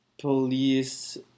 police